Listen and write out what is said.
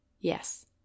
yes